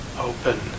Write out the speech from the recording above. open